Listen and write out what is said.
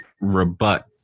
rebut